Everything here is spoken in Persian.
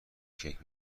کیک